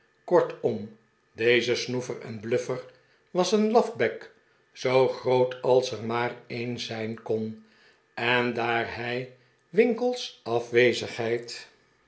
kortom deze snoever en bluffer was een lafbek zoo groot als er maar een zijn kon en daar hij winkle's afwezigheid